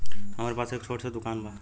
हमरे पास एक छोट स दुकान बा